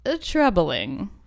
troubling